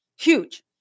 Huge